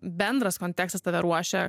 bendras kontekstas tave ruošia